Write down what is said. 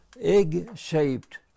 egg-shaped